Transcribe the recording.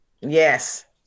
Yes